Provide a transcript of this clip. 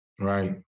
Right